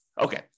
Okay